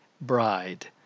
bride